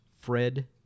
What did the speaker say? Fred